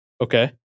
Okay